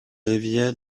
rivières